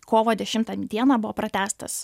kovo dešimtą dieną buvo pratęstas